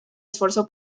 esforzó